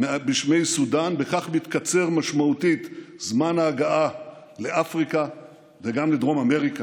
בשמי סודאן וכך מתקצר משמעותית זמן ההגעה לאפריקה וגם לדרום אמריקה.